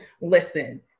listen